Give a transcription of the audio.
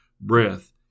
breath